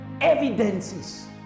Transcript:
evidences